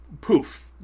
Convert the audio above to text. poof